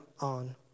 on